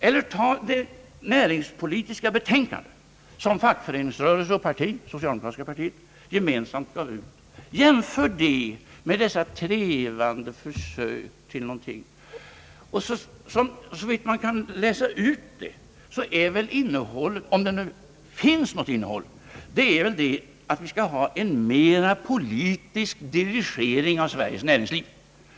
Eller jämför det näringspolitiska betänkande som fackföreningsrörelsen och det socialdemokratiska partiet gemensamt gav ut med herrarnas trevande försök! Såvitt man kan läsa ut, är väl innehållet i herrarnas förslag, om det finns något innehåll, att vi skall ha en mera politisk dirigering av Sveriges näringsliv.